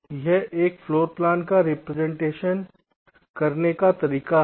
तो यह एक फ्लोरप्लान का रिप्रजेंट करने का एक तरीका है